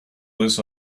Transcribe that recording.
this